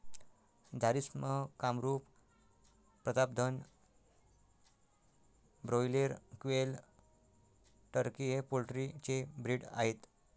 Jharsim, Kamrup, Pratapdhan, broiler, quail, turkey हे poultry चे breed आहेत